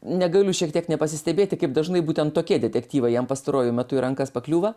negaliu šiek tiek nepasistebėti kaip dažnai būtent tokie detektyvai jam pastaruoju metu į rankas pakliūva